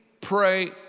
pray